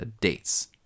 dates